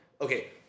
okay